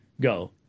go